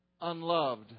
unloved